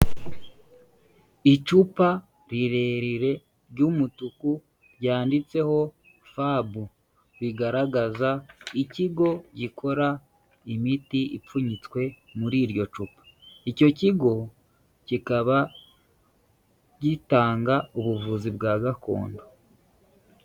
Icupa rirerire ry'umutuku ryanditseho FAB bigaragaza ikigo gikora imiti ipfunyitswe muri iryo cupa, icyo kigo kikaba gitanga ubuvuzi bwa gakondo.